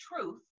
truth